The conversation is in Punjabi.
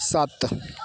ਸੱਤ